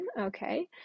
okay